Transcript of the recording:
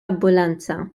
ambulanza